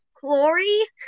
Glory